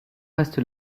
reste